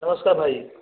नमस्कार भाई